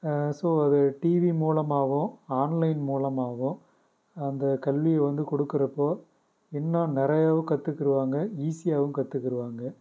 so அதை TV மூலமாகவோ online மூலமாகவோ இந்த கல்வியை வந்து கொடுக்கிறப்போ இன்னும் நிறையாவும் கற்றுக்கிடுவாங்க ஈஸியாகவும் கற்றுக்கிடுவாங்க